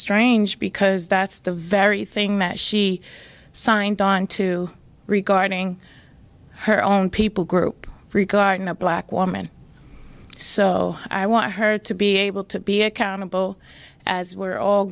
strange because that's the very thing that she signed on to regarding her own people group regarding a black woman so i want her to be able to be accountable as we're all